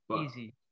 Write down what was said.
Easy